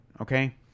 okay